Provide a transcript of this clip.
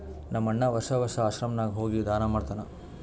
ನಮ್ ಅಣ್ಣಾ ವರ್ಷಾ ವರ್ಷಾ ಆಶ್ರಮ ನಾಗ್ ಹೋಗಿ ದಾನಾ ಮಾಡ್ತಾನ್